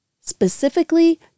Specifically